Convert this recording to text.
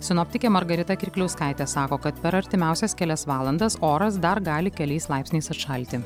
sinoptikė margarita kirkliauskaitė sako kad per artimiausias kelias valandas oras dar gali keliais laipsniais atšalti